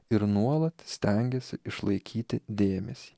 ir nuolat stengiasi išlaikyti dėmesį